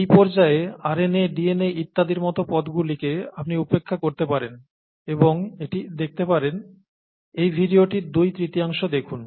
এই পর্যায়ে RNA DNA ইত্যাদির মতো পদগুলিকে আপনি উপেক্ষা করতে পারেন এবং এটি দেখতে পারেন এই ভিডিওটির দুই তৃতীয়াংশ দেখুন